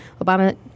Obama